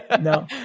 no